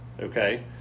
okay